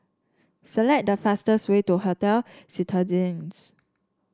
select the fastest way to Hotel Citadines